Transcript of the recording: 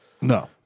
No